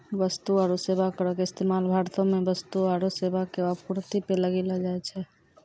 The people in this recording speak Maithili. वस्तु आरु सेबा करो के इस्तेमाल भारतो मे वस्तु आरु सेबा के आपूर्ति पे लगैलो जाय छै